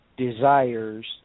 desires